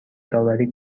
داوری